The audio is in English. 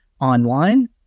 online